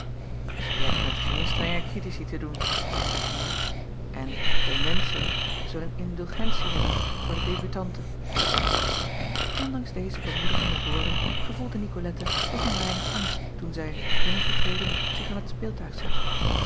e hebt met geen strenge critici te doen zeî ylar en de menschen zullen indulgentie hebben voor de debutante ndanks deze bemoedigende woorden gevoelde icolette toch een weinig angst toen zij binnengetreden zich aan het speeltuig zette